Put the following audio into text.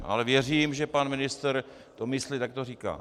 Ale věřím, že pan ministr to myslí tak, jak to říká.